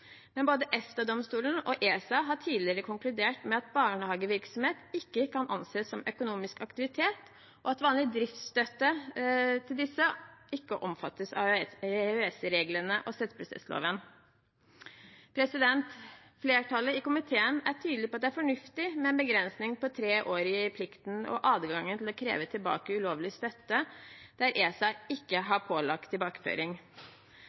men både EFTA-domstolen og ESA har tidligere konkludert med at barnehagevirksomhet ikke kan anses som økonomisk aktivitet, og at vanlig driftsstøtte til disse ikke omfattes av EØS-reglene og støtteprosessloven. Flertallet i komiteen er tydelig på at det er fornuftig med en begrensning på tre år i plikten og adgangen til å kreve tilbake ulovlig støtte der ESA ikke har pålagt tilbakeføring.